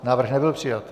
Návrh nebyl přijat.